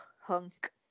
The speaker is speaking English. hunk